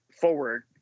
forward